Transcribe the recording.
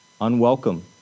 unwelcome